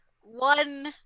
one